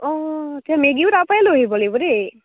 অঁ তেতিয়া মেগিও তাৰপৰাই লৈ আহিব লাগিব দেই